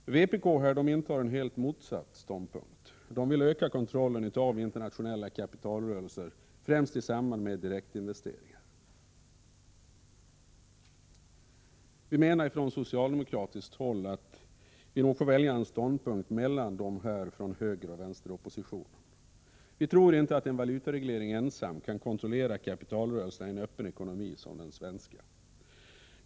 Vpk tar en helt motsatt ståndpunkt och vill öka kontrollen av internationella kapitalrörelser, främst i samband med direktinvesteringar. Vi menar från socialdemokratiskt håll att vi nog får välja en ståndpunkt mellan dem som intas av högeroch vänsteroppositionen. Vi tror inte att en valutareglering ensam kan kontrollera kapitalrörelserna i en öppen ekonomi som den svenska.